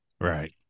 Right